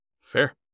Fair